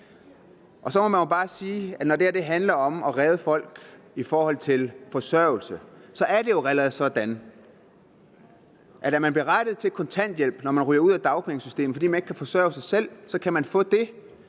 ikke. Så må vi bare sige, at når det her handler om at redde folk i forhold til forsørgelse, er det jo allerede sådan, at er man berettiget til kontanthjælp, når man ryger ud af dagpengesystemet, fordi man ikke kan forsørge sig selv, så kan man få det.